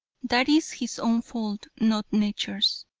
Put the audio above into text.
that is his own fault, not nature's.